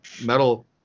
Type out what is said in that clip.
metal